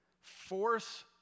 Force